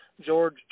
George